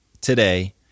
today